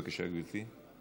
בבקשה, גברתי.